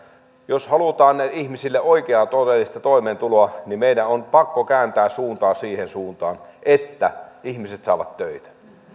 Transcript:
jos halutaan ihmisille oikeaa todellista toimeentuloa niin meidän on pakko kääntää suuntaa siihen että ihmiset saavat töitä